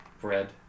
bread